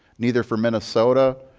neither for minnesota,